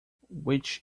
which